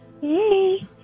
Hey